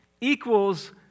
equals